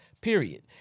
Period